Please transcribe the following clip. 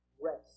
rest